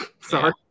Sorry